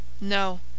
No